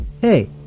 Hey